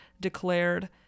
declared